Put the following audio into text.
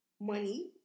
money